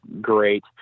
great